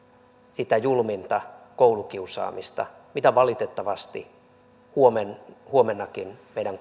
sitä julminta koulukiusaamista mitä valitettavasti huomennakin meidän